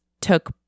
took